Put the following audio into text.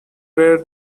were